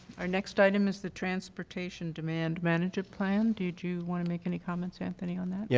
our next item is the transportation demand management plan. did you want to make any comments, anthony, on that. yeah